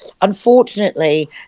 unfortunately